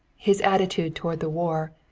his attitude toward the war,